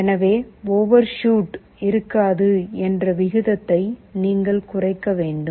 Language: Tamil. எனவே ஓவர்ஷூட் இருக்காது என்ற விகிதத்தை நீங்கள் குறைக்க வேண்டும்